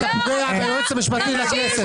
אתה פוגע בייעוץ המשפטי לכנסת.